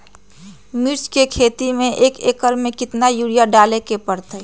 मिर्च के खेती में एक एकर में कितना यूरिया डाले के परतई?